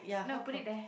no put it there